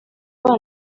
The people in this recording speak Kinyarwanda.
bana